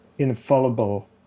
infallible